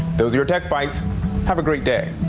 those your tech bytes have a great day.